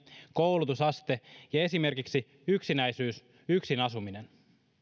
koulutusaste ja esimerkiksi yksinäisyys yksinasuminen